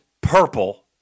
purple